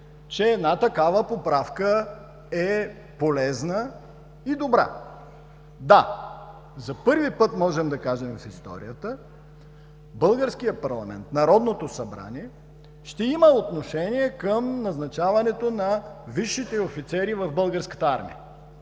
че една такава поправка е полезна и добра. Да, за първи път можем да кажем в историята, българският парламент, Народното събрание ще има отношение към назначаването на висшите офицери в Българската армия.